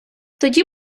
тоді